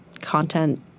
content